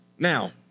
Now